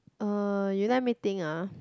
uh you let me think ah